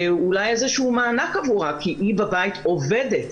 אולי איזשהו מענק עבורה כי היא בבית עובדת,